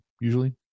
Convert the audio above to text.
Usually